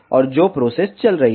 और जो प्रोसेस चल रही है